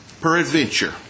peradventure